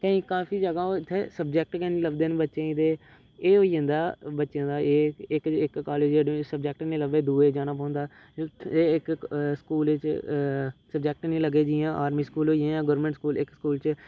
केईं काफी ज्यादा ओह् इत्थें सबजैक्ट गै नी लभदे न बच्चें गी ते एह् होई जंदा बच्चें दा एह् इक इक कालेज एडमी सब्जैक्ट नी लब्भै ते दुए जाना पौंदा ते इक स्कूल च सबजैक्ट नी लग्गै जियां आर्मी स्कूल होई गेआ जां गोरमेंट स्कूल इक स्कूल च